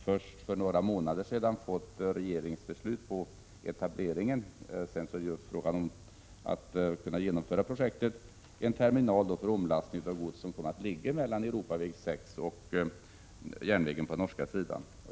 Först för några månader sedan kom regeringens beslut om en etablering. Men sedan gäller det ju att kunna genomföra projektet. Det gäller alltså en terminal för omlastning av gods, vilken kommer att ligga mellan Europaväg 6 och järnvägen på norska sidan.